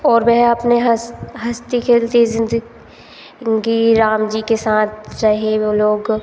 और वह अपनी हस हँसती खेलती ज़िंद गी राम जी साथ रहे वह लोग